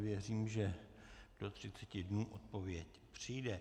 Věřím, že do 30 dnů odpověď přijde.